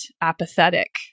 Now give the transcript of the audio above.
apathetic